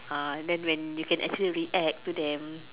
ah then when you can actually react to them